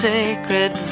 sacred